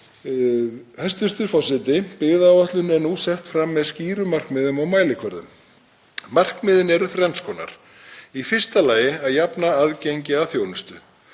Hæstv. forseti. Byggðaáætlun er nú sett fram með skýrum markmiðum og mælikvörðum. Markmiðin eru þrenns konar: Í fyrsta lagi að jafna aðgengi að þjónustu.